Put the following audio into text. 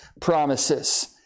promises